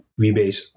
rebase